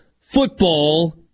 football